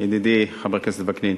ידידי חבר הכנסת וקנין,